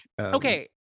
okay